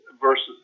versus